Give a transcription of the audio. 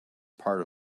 part